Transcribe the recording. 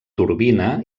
turbina